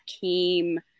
came